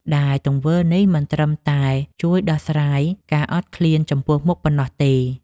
ដែលទង្វើនេះមិនត្រឹមតែជួយដោះស្រាយការអត់ឃ្លានចំពោះមុខប៉ុណ្ណោះទេ។